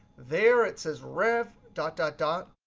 there it says rev, dot, dot, dot.